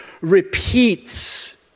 repeats